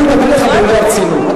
אני מדבר אתך במלוא הרצינות.